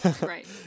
Right